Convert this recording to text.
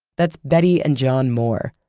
that's betty and john moore.